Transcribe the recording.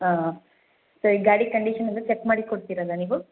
ಹಾಂ ಸರಿ ಗಾಡಿ ಕಂಡೀಶನ್ ಎಲ್ಲ ಚೆಕ್ ಮಾಡಿ ಕೊಡ್ತೀರಲ್ಲಾ ನೀವು